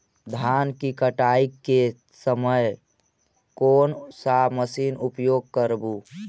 धान की कटाई के समय कोन सा मशीन उपयोग करबू?